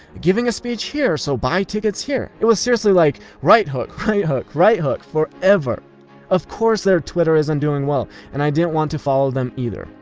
giving a speech here, so buy tickets here. it was seriously like right hook, right hook, right hook. forever. of course their twitter isn't doing well, and i didn't want to follow them either.